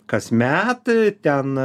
kasmet ten